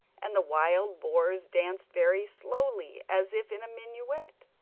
and the wild boars danced very slowly, as if in a minuet,